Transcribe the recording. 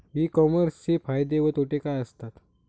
E कॉमर्सचे फायदे व तोटे काय असतात?